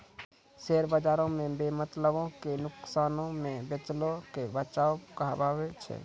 share बजारो मे बेमतलबो के नुकसानो से बचैये के बचाव कहाबै छै